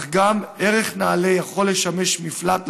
אך גם ערך נעלה יכול לשמש מפלט לנבלים,